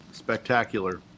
spectacular